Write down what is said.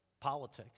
politics